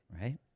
Right